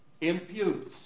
imputes